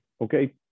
Okay